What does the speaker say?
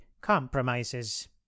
compromises